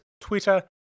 Twitter